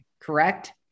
correct